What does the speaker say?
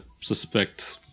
suspect